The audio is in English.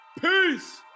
Peace